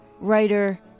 writer